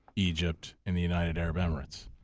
egypt, and the united arab emirates.